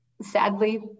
sadly